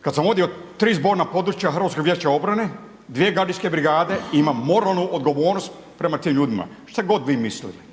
kada sam vodio tri zborna područja HVO-a, dvije gardijske brigade, imam moralnu odgovornost prema tim ljudima šta god vi mislili.